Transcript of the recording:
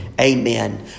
amen